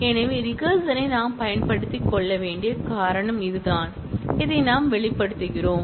எனவே ரிகர்ஸனை நாம் பயன்படுத்திக் கொள்ள வேண்டிய காரணம் இதுதான் இதை நாம் வெளிப்படுத்துகிறோம்